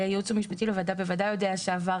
הייעוץ המשפטי של הוועדה בוודאי יודע שעבר